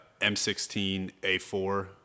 M16A4